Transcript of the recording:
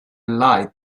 light